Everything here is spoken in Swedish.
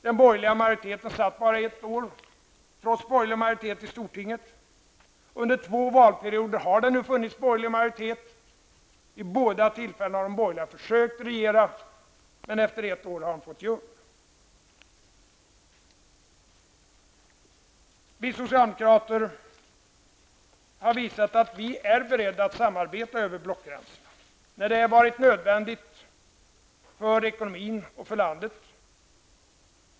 Den borgerliga majoriteten satt bara ett år, trots borgerlig majoritet i stortinget. Under två valperioder har det nu funnits borgerlig majoritet. Vid båda tillfällena har de borgerliga försökt att regera, men efter ett år har de fått ge upp. Vi socialdemokrater har visat att vi är beredda att samarbeta över blockgränserna, när det har varit nödvändigt för ekonomin och för landet.